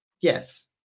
Yes